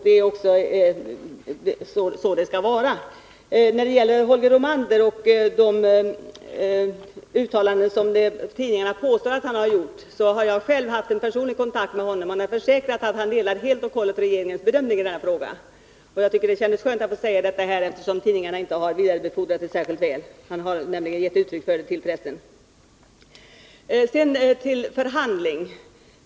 Det är också så det skall vara. När det gäller Holger Romander och de uttalanden som tidningarna påstår att han har gjort har jag tagit personlig kontakt med honom, och han har försäkrat att han helt och hållet delar regeringens bedömning i den här frågan. Jag tycker det kändes skönt att få säga detta eftersom tidningarna inte vidarebefordrat rikspolischefens uttalande särskilt väl.